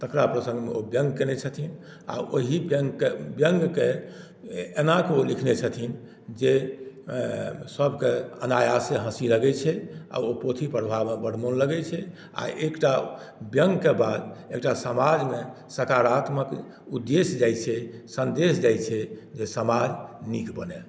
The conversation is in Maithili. तकरा प्रसङ्गमे ओ व्यङ्ग कयने छथिन आ ओहि व्यङ्गकेँ व्यङ्गकेँ ओ एना कऽ लिखने छथिन जे सभकेँ अनायासे हँसी लगैत छै आ ओ पोथी पढ़बामे बड़ मोन लगैत छै आ एकटा व्यङ्गके बात एकटा समाजमे सकारात्मक उदेश्य जाइत छै सन्देश जाइत छै जे समाज नीक बनय